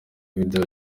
video